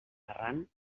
errant